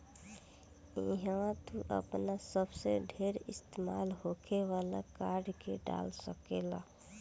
इहवा तू आपन सबसे ढेर इस्तेमाल होखे वाला कार्ड के डाल सकेल